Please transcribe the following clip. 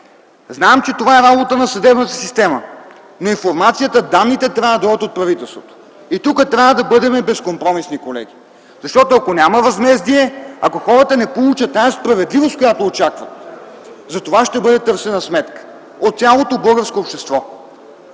Знам, че това е работа на съдебната система, но информацията, данните трябва да дойдат от правителството. И тук трябва да бъдем безкомпромисни, колеги, защото, ако няма възмездие, ако хората не получат тази справедливост, която очакват, за това ще бъде търсена сметка от цялото българско общество.